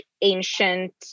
ancient